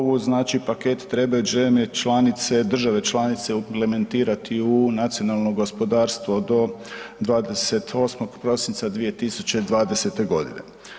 Ovu znači paket treba zemlje članice, države članice implementirati u nacionalno gospodarstvo do 28. prosinca 2020. godine.